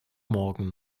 morgen